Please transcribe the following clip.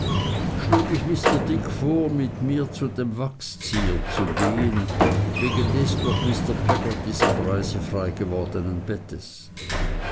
schlug ich mr dick vor mit mir zu dem wachszieher zu gehen wegen des durch mr peggottys abreise freigewordnen bettes